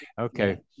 Okay